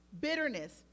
bitterness